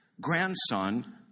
grandson